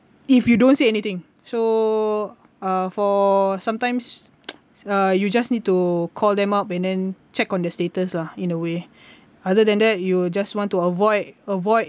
if you don't say anything so uh for sometimes uh you just need to call them up and then check on the status lah in a way other than that you just want to avoid avoid